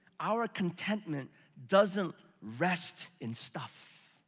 our contentment doesn't rest in stuff.